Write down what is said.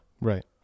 Right